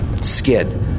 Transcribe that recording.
Skid